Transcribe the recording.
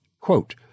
quote